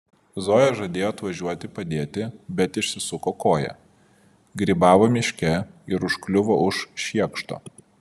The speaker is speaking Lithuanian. zoja žadėjo atvažiuoti padėti bet išsisuko koją grybavo miške ir užkliuvo už šiekšto